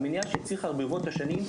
והמניעה שהצליחה ברבות השנים,